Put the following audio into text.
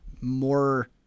more